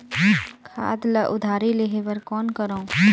खाद ल उधारी लेहे बर कौन करव?